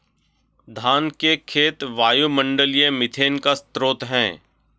धान के खेत वायुमंडलीय मीथेन का स्रोत हैं